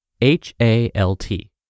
H-A-L-T